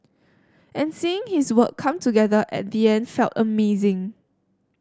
and seeing his work come together at the end felt amazing